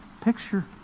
picture